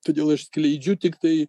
todėl aš skleidžiu tiktai